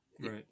Right